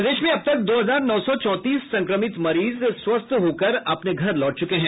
प्रदेश में अब तक दो हजार नौ सौ चौंतीस संक्रमित मरीज स्वस्थ्य होकर अपने घर लौट चुके हैं